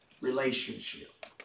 relationship